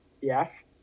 Yes